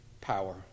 power